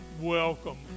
Welcome